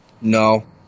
No